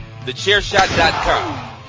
TheChairShot.com